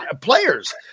players